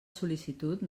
sol·licitud